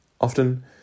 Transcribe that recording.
Often